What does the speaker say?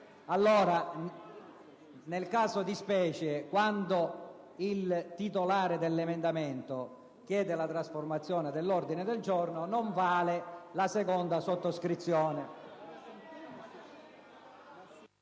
Pertanto, nel caso di specie, quando il titolare dell'emendamento ne chiede la trasformazione in ordine del giorno non vale la seconda sottoscrizione.